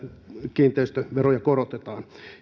kiinteistöveroja korotetaan